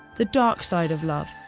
the dark side of love,